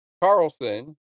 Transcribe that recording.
Carlson